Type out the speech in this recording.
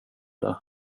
det